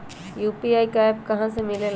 UPI का app कहा से मिलेला?